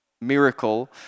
Miracle